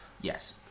Yes